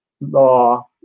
law